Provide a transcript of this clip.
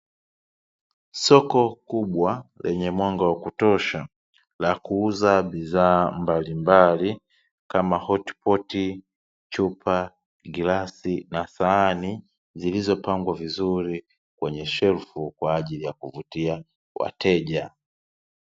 Soko kubwa lenye mwanga wa kutosha la kuuza bidhaa mbalimbali kama: hotipoti, chupa, glasi na sahani; zilizopangwa vizuri kwenye shelfu kwa ajili ya kuvutia wateja.